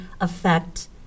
affect